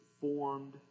formed